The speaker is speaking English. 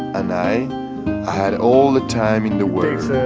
and i i had all the time in the world.